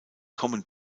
kommen